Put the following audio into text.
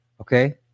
Okay